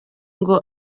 ngo